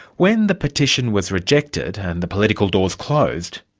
when the petition was rejected and the political doors closed,